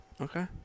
Okay